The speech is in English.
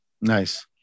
Nice